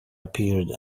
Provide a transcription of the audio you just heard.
appeared